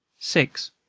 six,